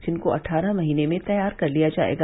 जिनको अट्ठारह महीने में तैयार कर लिया जायेगा